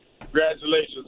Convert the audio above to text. Congratulations